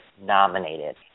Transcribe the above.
nominated